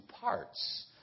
parts